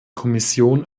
kommission